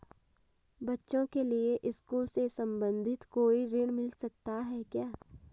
बच्चों के लिए स्कूल से संबंधित कोई ऋण मिलता है क्या?